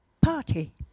party